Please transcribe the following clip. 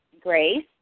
Grace